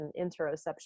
interoception